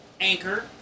Anchor